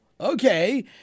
Okay